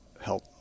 help